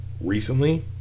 recently